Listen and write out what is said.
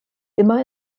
immer